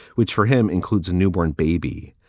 which for him includes a newborn baby.